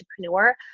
entrepreneur